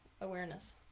awareness